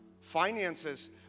Finances